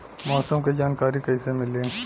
मौसम के जानकारी कैसे मिली?